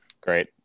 Great